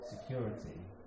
security